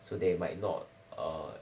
so they might not err